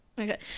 okay